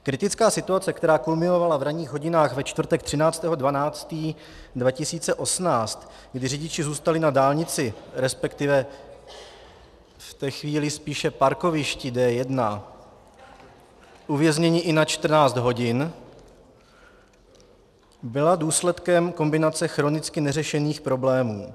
Kritická situace, která kulminovala v ranních hodinách ve čtvrtek 13. 12. 2018, kdy řidiči zůstali na dálnici, resp. v té chvíli spíše parkovišti D1, uvězněni i na 14 hodin, byla důsledkem kombinace chronicky neřešených problémů.